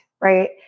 right